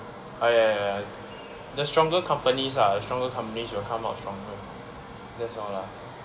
ah ya ya ya the stronger companies lah the stronger companies will come out from here that's all lah